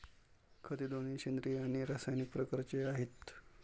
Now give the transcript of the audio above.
खते दोन्ही सेंद्रिय आणि रासायनिक प्रकारचे आहेत